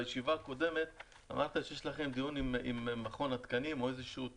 בישיבה הקודמת אמרת שיש לכם דיון עם מכון התקנים או איזשהו תקן,